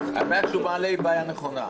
הבעיה שהוא מעלה היא בעיה נכונה,